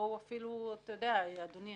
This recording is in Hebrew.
אדוני,